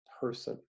person